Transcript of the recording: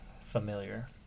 familiar